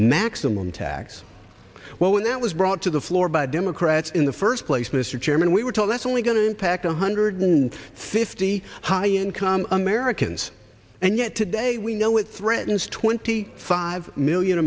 maximum tax when that was brought to the floor by democrats in the first place mr chairman we were told that's only going to impact a hundred and fifty high income americans and yet today we know it threatens twenty five million